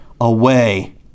away